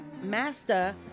Master